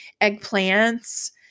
eggplants